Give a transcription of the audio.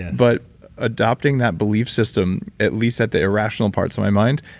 but adopting that belief system, at least at the irrational parts of my mind,